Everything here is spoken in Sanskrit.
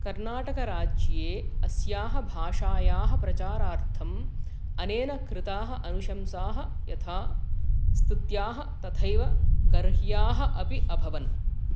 कर्णाटकराज्ये अस्याः भाषायाः प्रचारार्थम् अनेन कृताः अनुशंसाः यथा स्तुत्याः तथैव गर्ह्याः अपि अभवन्